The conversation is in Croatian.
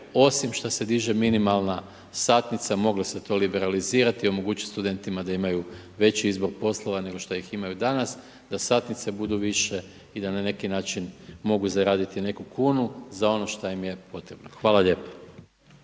Osim što se diže minimalna satnica moglo se to liberalizirati, omogućiti studentima da imaju veći izbor poslova, nego što ih imaju danas, da satnice budu više i da na neki način mogu zaraditi neku kunu za ono što im je potrebno. Hvala lijepo.